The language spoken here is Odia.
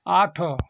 ଆଠ